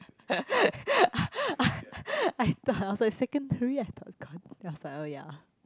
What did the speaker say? I I thought I was like secondary I thought is then I was like oh ya